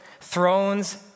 thrones